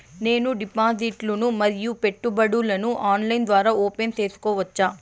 నేను డిపాజిట్లు ను మరియు పెట్టుబడులను ఆన్లైన్ ద్వారా ఓపెన్ సేసుకోవచ్చా?